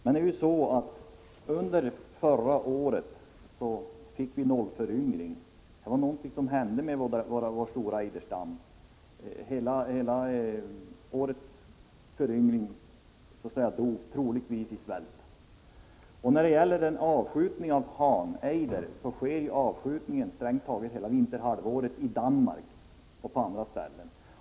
Under förra året inträffade emellertid en nollföryngring — någonting hände med den stora ejderstammen, och hela årets föryngring dog troligtvis av svält. Avskjutningen av ejderhane sker strängt taget hela vinterhalvåret i Danmark och på andra ställen.